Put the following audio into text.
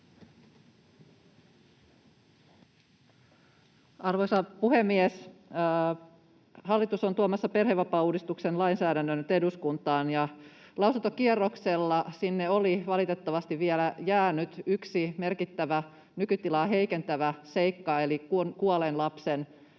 Arvoisa puhemies! Hallitus on tuomassa perhevapaauudistuksen lainsäädännön nyt eduskuntaan, ja lausuntokierroksella sinne oli valitettavasti vielä jäänyt yksi merkittävä nykytilaa heikentävä seikka eli se,